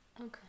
Okay